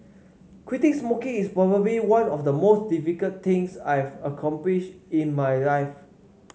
quitting smoking is probably one of the most difficult things I have accomplished in my life